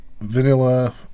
vanilla